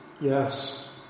yes